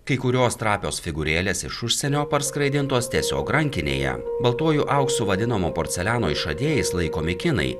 kai kurios trapios figūrėlės iš užsienio parskraidintos tiesiog rankinėje baltuoju auksu vadinamo porceliano išradėjais laikomi kinai